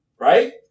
right